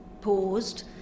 paused